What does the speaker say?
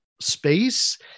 space